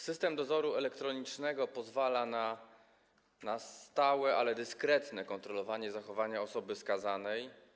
System dozoru elektronicznego pozwala na stałe i dyskretne kontrolowanie zachowania osoby skazanej.